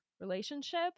relationship